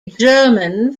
german